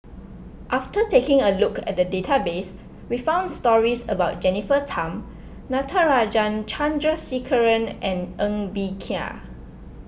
after taking a look at the database we found stories about Jennifer Tham Natarajan Chandrasekaran and Ng Bee Kia